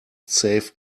save